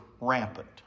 rampant